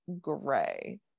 Gray